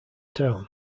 town